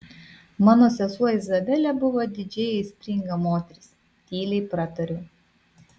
mano sesuo izabelė buvo didžiai aistringa moteris tyliai pratariu